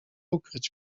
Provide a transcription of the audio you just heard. ukryć